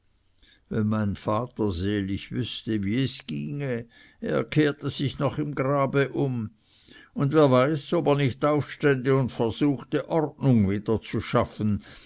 wenn mein vater selig wüßte wie es ginge jetzt er kehrte sich noch im grabe um und wer weiß ob er nicht aufstände und versuchte ordnung wieder zu schaffen